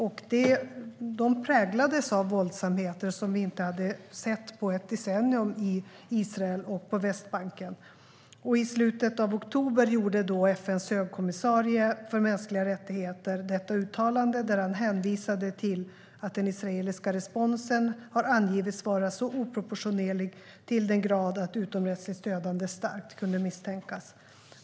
De präglades av våldsamheter i Israel och på Västbanken som vi inte hade sett på ett decennium. I slutet av oktober gjorde FN:s högkommissarie för mänskliga rättigheter uttalandet där han hänvisade till att den israeliska responsen har angivits vara så oproportionerlig till den grad att utomrättsligt dödande starkt kunde misstänkas.